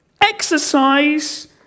exercise